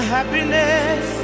happiness